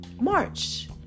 March